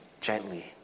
gently